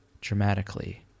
dramatically